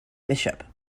bishop